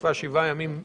ותוקפה שבעה ימים בלבד.